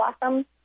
blossom